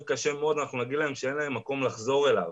כבד מאוד אנחנו נגיד להם שאין להם מקום לחזור אליו.